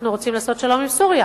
אנחנו רוצים לעשות שלום עם סוריה,